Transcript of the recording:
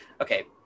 okay